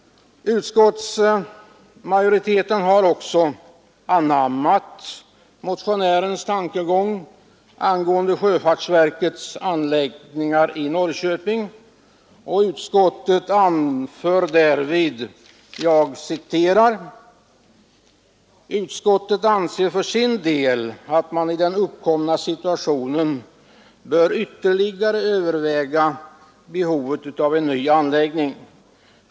Utskottsmajoriteten anammar motionärens tankegång angående sjöfartsverkets anläggningar i Norrköping och anför: ”Utskottet anser för sin del att man i den uppkomna situationen bör ytterligare överväga behovet av en ny anläggning.